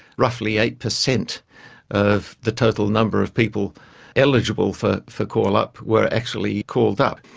roughly eight percent of the total number of people eligible for for call-up were actually called up.